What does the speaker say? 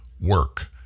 work